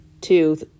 two